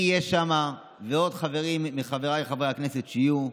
אני אהיה שם ועוד חברים מחבריי חברי הכנסת יהיו.